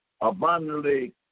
abundantly